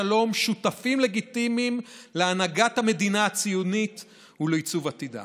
השלום שותפים לגיטימיים להנהגת המדינה הציונית ולעיצוב עתידה.